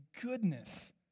goodness